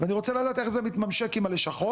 ואני רוצה לדעת איך זה מתממשק עם הלשכות.